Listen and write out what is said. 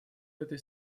этой